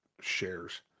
shares